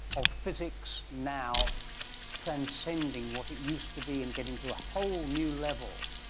of physics now transcending what it used to be and getting to a whole new level.